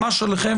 ממש עליכם.